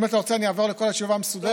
אם אתה רוצה, אני אעבור על כל התשובה המסודרת.